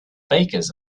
bakers